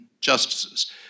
justices